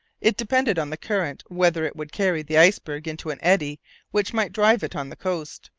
it depended on the current whether it would carry the iceberg into an eddy which might drive it on the coast,